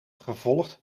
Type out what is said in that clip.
gevolgd